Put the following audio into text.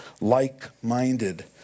like-minded